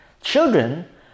Children